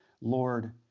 Lord